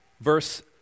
Verse